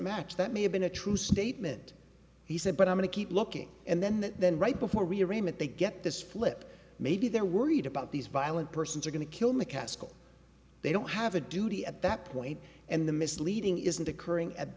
match that may have been a true statement he said but i'm going to keep looking and then that then right before rearrangement they get this flip maybe they're worried about these violent persons are going to kill mccaskill they don't have a duty at that point and the misleading isn't occurring at